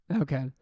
Okay